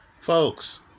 folks